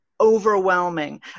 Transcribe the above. overwhelming